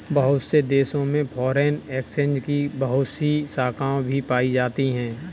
बहुत से देशों में फ़ोरेन एक्सचेंज की बहुत सी शाखायें भी पाई जाती हैं